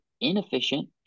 inefficient